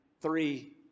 three